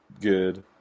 good